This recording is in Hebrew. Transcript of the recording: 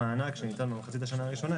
המענק שניתן במחצית השנה הראשונה,